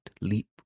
leap